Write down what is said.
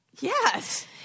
Yes